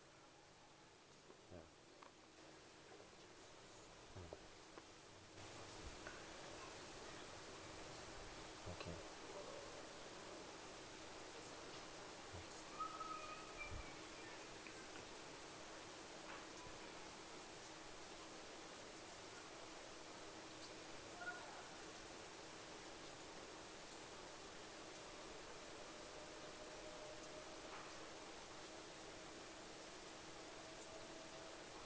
uh uh okay